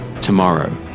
Tomorrow